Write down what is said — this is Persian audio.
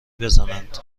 بزنند